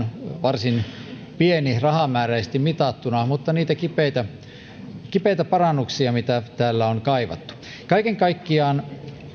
varsin pieni rahamääräisesti mitattuna mutta niitä parannuksia mitä täällä on kipeästi kaivattu kaiken kaikkiaan